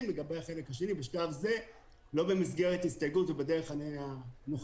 ולגבי החלק השני בשלב זה לא במסגרת הסתייגות ובדרך הנוכחית,